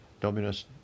Dominus